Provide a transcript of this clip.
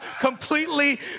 completely